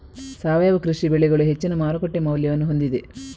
ಸಾವಯವ ಕೃಷಿ ಬೆಳೆಗಳು ಹೆಚ್ಚಿನ ಮಾರುಕಟ್ಟೆ ಮೌಲ್ಯವನ್ನು ಹೊಂದಿದೆ